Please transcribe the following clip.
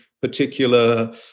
particular